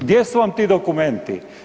Gdje su vam ti dokumenti?